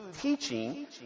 teaching